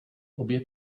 obě